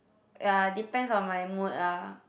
ya depends on my mood ah